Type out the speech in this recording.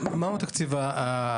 והנשק הזה זולג מבסיסי צבא ומבסיסי